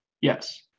yes